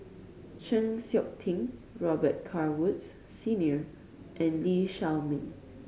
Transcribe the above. Chng Seok Tin Robet Carr Woods Senior and Lee Shao Meng